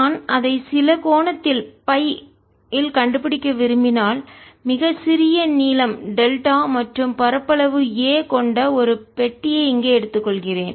நான் அதை சில கோணத்தில்Φ கண்டுபிடிக்க விரும்பினால் மிகச் சிறிய நீளம் டெல்டா மற்றும் பரப்பளவு a கொண்ட ஒரு பெட்டியை இங்கே எடுத்துக் கொள்கிறேன்